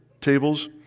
tables